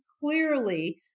clearly